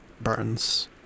burns